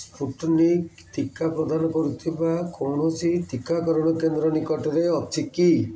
Sputnik ଟିକା ପ୍ରଦାନ କରୁଥିବା କୌଣସି ଟିକାକରଣ କେନ୍ଦ୍ର ନିକଟରେ ଅଛି କି